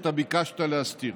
שאותה ביקשת להסתיר.